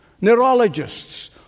neurologists